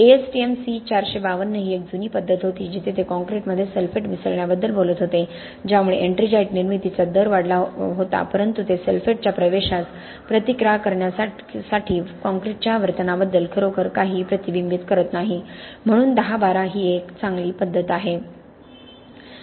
ASTM C452 ही एक जुनी पद्धत होती जिथे ते कॉंक्रिटमध्ये सल्फेट मिसळण्याबद्दल बोलत होते ज्यामुळे एट्रिंजाईट निर्मितीचा दर वाढला होता परंतु ते सल्फेट्सच्या प्रवेशास प्रतिकार करण्यासाठी कंक्रीटच्या वर्तनाबद्दल खरोखर काहीही प्रतिबिंबित करत नाही म्हणून 1012 ही एक चांगली पद्धत आहे